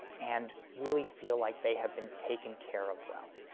and really feel like they have been taken care of well.